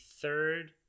third